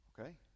Okay